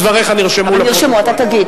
דבריך נרשמו בפרוטוקול.